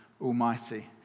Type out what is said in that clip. Almighty